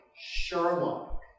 Sherlock